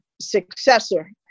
successor